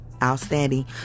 Outstanding